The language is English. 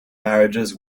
marriages